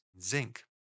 zinc